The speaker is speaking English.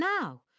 now